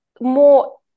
more